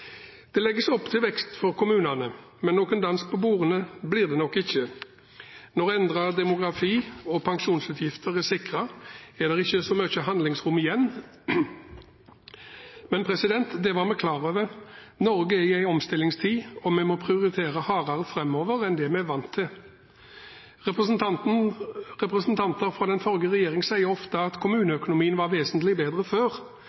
Det legges opp til en vekst for kommunene, men noen dans på bordene blir det nok ikke. Når endret demografi- og pensjonsutgifter er sikret, er det ikke så mye handlingsrom igjen. Men det var vi klar over. Norge er i en omstillingstid, og vi må prioritere hardere framover enn det vi har vært vant til. Representanter fra den forrige regjering sier ofte at kommuneøkonomien var vesentlig bedre før,